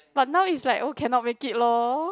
but now it's like oh cannot make it lor